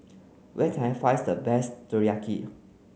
where can I finds the best Teriyaki